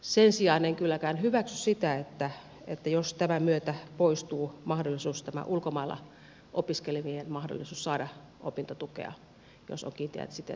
sen sijaan en kylläkään hyväksy sitä jos tämän myötä poistuu tämä ulkomailla opiskelevien mahdollisuus saada opintotukea jos on kiinteät siteet suomeen